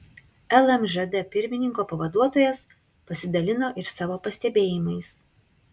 lmžd pirmininko pavaduotojas pasidalino ir savo pastebėjimais